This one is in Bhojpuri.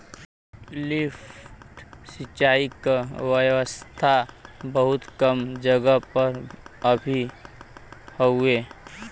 लिफ्ट सिंचाई क व्यवस्था बहुत कम जगह पर अभी हउवे